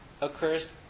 occurs